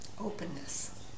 Openness